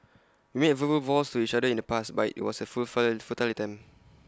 we made verbal vows to each other in the past but IT was A fulfill futile attempt